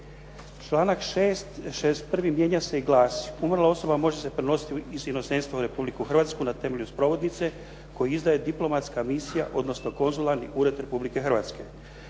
Članak 61. mijenja se i glasi: "Umrla osoba može se prenositi iz inozemstva u Republiku Hrvatsku na temelju sprovodnice koju izdaje diplomatska misija odnosno konzularni ured Republike Hrvatske.